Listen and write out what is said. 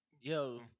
Yo